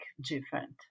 different